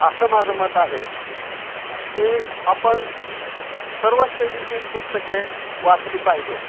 असं माझं मत आहे की आपण सर्व शैलीतील पुस्तके वाचली पाहिजेत